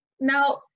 now